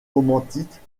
romantiques